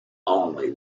only